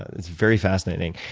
it's very fascinating.